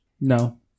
No